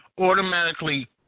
automatically